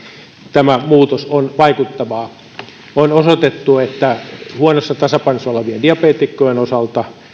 tämä muutos on vaikuttavaa on osoitettu että huonossa tasapainossa olevien diabeetikkojen osalta